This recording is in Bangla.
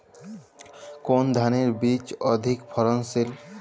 কোন ধানের বীজ অধিক ফলনশীল?